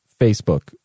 Facebook